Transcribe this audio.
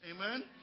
Amen